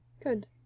good